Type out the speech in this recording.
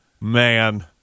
man